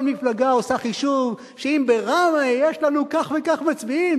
כל מפלגה עושה חישוב שאם בראמה יש לנו כך וכך מצביעים,